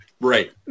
Right